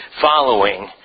following